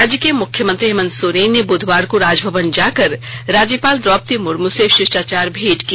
राज्य के मुख्यमंत्री हेमन्त सोरेन ने बुधवार को राजभवन जाकर राज्यपाल द्रौपदी मुर्म से शिष्टाचार भेंट की